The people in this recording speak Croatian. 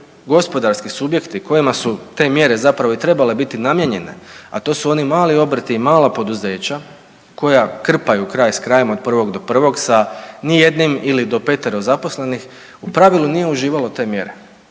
gospodarski subjekti kojima su te mjere zapravo i trebale biti namijenjene a to su oni mali obrti i mala poduzeća koja krpaju kraj s krajem od 1. do 1. sa ni jednim ili do 5-tero zaposlenih u pravilu nije uživalo te mjere.